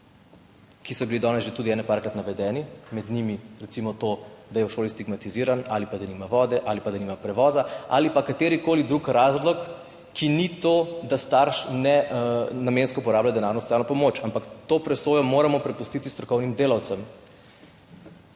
ki so bili danes že tudi nekajkrart navedeni, med njimi recimo to, da je v šoli stigmatiziran, ali pa da nima vode, ali pa da nima prevoza, ali pa katerikoli drug razlog, ki ni to, da starš nenamensko uporablja denarno socialno pomoč. Ampak to presojo moramo prepustiti strokovnim delavcem.